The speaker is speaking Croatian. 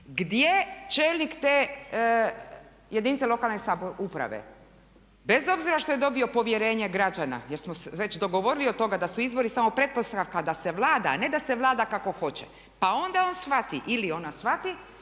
gdje čelnik te jedinice lokalne samuprave, bez obzira što je dobio povjerenje građana jer smo već dogovorili od toga da su izbori samo pretpostavka da se vlada a ne da se vlada kako hoće pa onda on shvati ili ona shvati